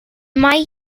mae